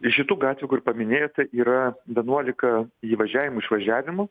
iš šitų gatvių kur paminėjote yra vienuolika įvažiavimų išvažiavimų